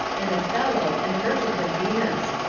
and othello and the merchant of venus.